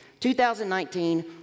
2019